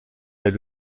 est